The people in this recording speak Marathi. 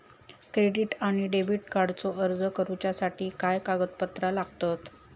डेबिट आणि क्रेडिट कार्डचो अर्ज करुच्यासाठी काय कागदपत्र लागतत?